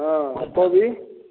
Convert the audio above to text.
ओ कोबी